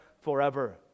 forever